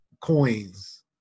coins